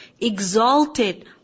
Exalted